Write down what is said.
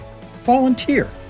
volunteer